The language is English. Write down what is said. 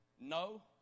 No